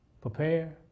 prepare